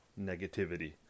negativity